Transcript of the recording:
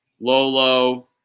Lolo